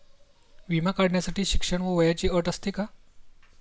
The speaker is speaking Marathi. विमा काढण्यासाठी शिक्षण आणि वयाची अट असते का?